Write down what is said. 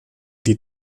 die